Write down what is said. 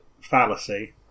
fallacy